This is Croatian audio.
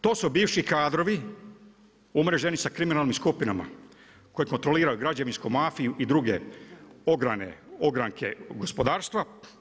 To su bivši kadrovi umreženi sa kriminalnim skupinama koji kontrolira građevinsku mafiju i druge ogranke gospodarstva.